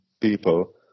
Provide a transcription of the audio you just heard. people